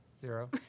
Zero